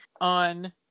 on